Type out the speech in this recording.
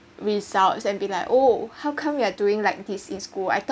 results and be like oh how come you are doing like this in school I thought